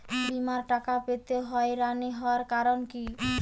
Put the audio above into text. বিমার টাকা পেতে হয়রানি হওয়ার কারণ কি?